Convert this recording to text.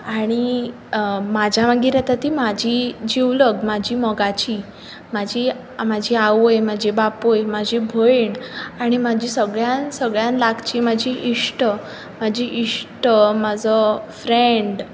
आनी म्हज्या मागीर आतां ती म्हाजी जिवलग म्हाजी मोगाचीं म्हाजी म्हाजी आवय म्हाजो बापूय म्हजी भयण आनी म्हाजी सगळ्यांत सगळ्यांत लागचीं म्हाजी इश्ट म्हजो फ्रँड